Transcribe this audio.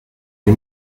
nie